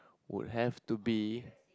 would have to be